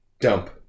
dump